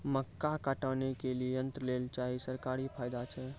मक्का काटने के लिए यंत्र लेल चाहिए सरकारी फायदा छ?